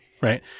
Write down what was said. Right